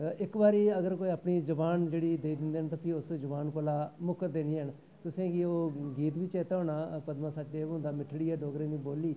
इक बारी अगर कोई अपनी जबान जेह्ड़ी देई दिंदे न भी उस जबान कोला मुक्करदे निं हैन तुसें ई ओह् गीत बी चेत्ता होना पद्मा सचदेव हुंदा मिट्ठड़ी ऐ डोगरें दी बोल्ली